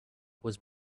was